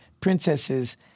princesses